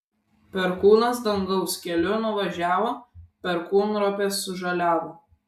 perkūnas dangaus keliu nuvažiavo perkūnropės sužaliavo